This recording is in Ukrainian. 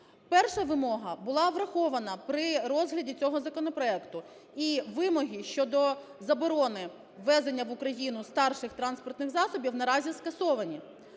Перша вимога була врахована при розгляді цього законопроекту і вимоги щодо заборони ввезення в Україну старших транспортних засобів наразі скасовані.